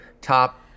top